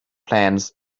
plans